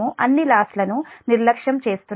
మనము అన్ని లాస్ లను నిర్లక్ష్యం చేస్తున్నాము